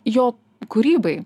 jo kūrybai